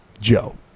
joe